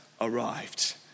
arrived